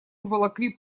уволокли